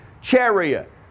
chariot